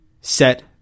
set